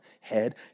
head